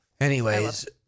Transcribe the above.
Anyways-